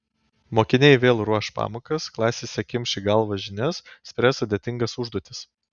mokiniai vėl ruoš pamokas klasėse kimš į galvą žinias spręs sudėtingas užduotis